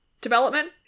development